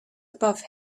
above